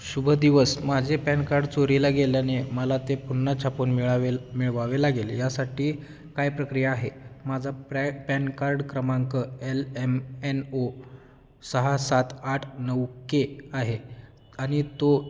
शुभ दिवस माझे पॅण कार्ड चोरीला गेल्याने मला ते पुन्हा छापून मिळावे ल मिळवावे लागेल यासाठी काय प्रक्रिया आहे माझा प्राय पॅन कार्ड क्रमांक एल एम एन ओ सहा सात आठ नऊ के आहे आणि तो